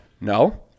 no